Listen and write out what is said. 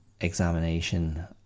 examination